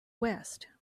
west